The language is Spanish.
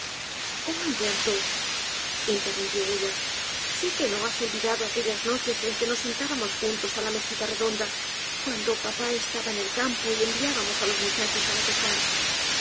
oh alberto interrumpió ella sé que no has olvidado aquellas noches en que nos sentábamos juntos ala mesita redonda cuando papá estaba en el campo y enviábamos á los muchachos á acostar